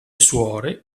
suore